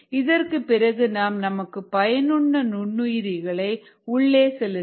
இதற்குப் பிறகு நாம் நமக்கு பயனுள்ள நுண்ணுயிர்களை உள்ளே செலுத்தலாம்